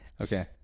Okay